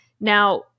Now